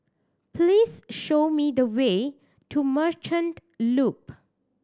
please show me the way to Merchant Loop